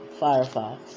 Firefox